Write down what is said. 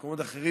ובמקומות אחרים.